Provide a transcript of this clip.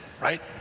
right